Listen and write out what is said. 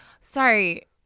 sorry